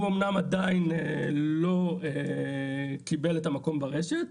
הוא אמנם עדיין לא קיבל את המקום ברשת,